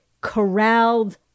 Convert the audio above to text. corralled